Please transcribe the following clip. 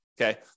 Okay